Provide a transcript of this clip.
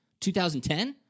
2010